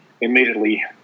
immediately